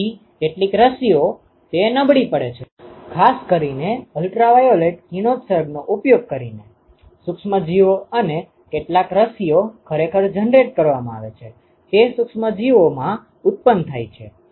તેથી કેટલીક રસીઓ તે નબળી પડે છે ખાસ કરીને અલ્ટ્રાવાયોલેટ કિરણોત્સર્ગનો ઉપયોગ કરીને સૂક્ષ્મજીવો અને કેટલાક રસીઓ ખરેખર જનરેટ કરવામાં આવે છે તે સુક્ષ્મસજીવોમાં ઉત્પન્ન થાય છે